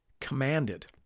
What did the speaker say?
commanded